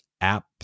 app